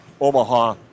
Omaha